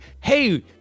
hey